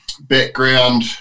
background